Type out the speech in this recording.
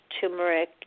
turmeric